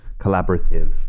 collaborative